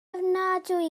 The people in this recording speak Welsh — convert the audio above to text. ofnadwy